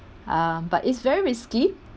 uh but it's very risky